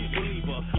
believer